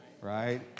right